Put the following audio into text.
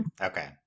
Okay